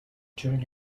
during